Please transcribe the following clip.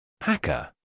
Hacker